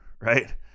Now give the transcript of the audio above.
right